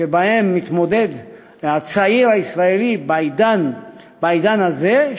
שבהן מתמודד הצעיר הישראלי בעידן הזה,